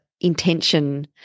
intention